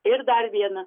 ir dar viena